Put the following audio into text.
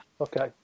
Okay